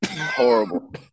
Horrible